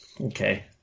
okay